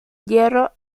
hierro